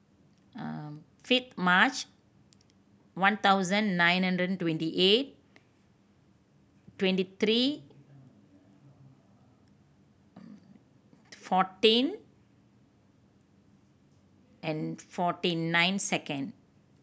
fifth March one thousand nine hundred twenty eight twenty three fourteen and forty nine second